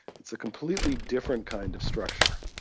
it's a completely different kind of structure.